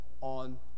on